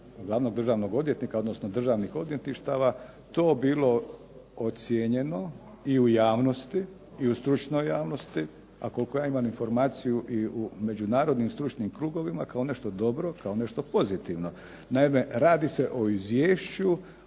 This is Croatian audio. glavnog državnog odvjetnika, odnosno državnih odvjetništava to bilo ocijenjeno i u javnosti, i u stručnoj javnosti, a koliko ja imam informaciju i u međunarodnim stručnim krugovima kao nešto dobro, kao nešto pozitivno. Naime radi se o izvješću